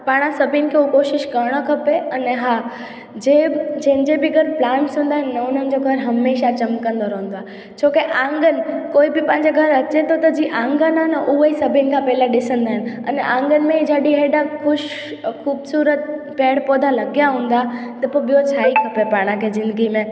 पाण सभिनि खे उहो कोशिशि करणु खपे अने हा जे जंहिंजे बि घरु प्लांट्स हूंदा आहिनि न उन्हनि जे घरु हमेशा चमकंदो रहंदो आहे छोकी आंगन कोई बि पंहिंजे घरु अचे थो त जी आंगन आहे न उहे ई सभिनि खां पहिला ॾिसंदा आहिनि अने आंगन में जॾहिं हेॾा कुझु ख़ूबसूरत पेड़ पौधा लॻिया हूंदा त पोइ ॿियो छा ई खपे पाण खे ज़िंदगी में